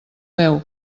meu